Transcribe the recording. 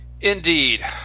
Indeed